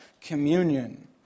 communion